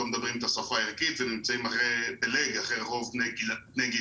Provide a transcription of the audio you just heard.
לא מדברים את השפה הערכית ונמצאים בלאג אחרי רוב בני גילם.